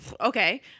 okay